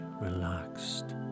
relaxed